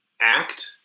act